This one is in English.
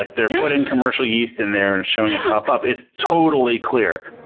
like they're putting commercial yeast in there and showing it pop up. it's totally clear.